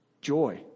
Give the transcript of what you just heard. Joy